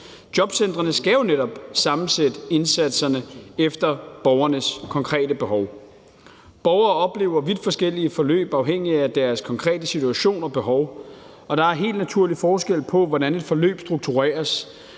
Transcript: Jobcentrene skal jo netop sammensætte indsatserne efter borgernes konkrete behov. Borgere oplever vidt forskellige forløb afhængig af deres konkrete situation og behov, og der er helt naturligt forskel på, hvordan et forløb struktureres;